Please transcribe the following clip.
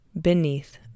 beneath